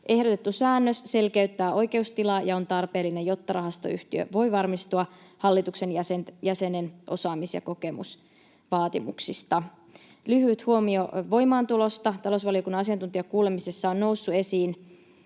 Ehdotettu säännös selkeyttää oikeustilaa ja on tarpeellinen, jotta rahastoyhtiö voi varmistua hallituksen jäsenen osaamis‑ ja kokemusvaatimuksista. Lyhyt huomio voimaantulosta: Talousvaliokunnan asiantuntijakuulemisessa on noussut esiin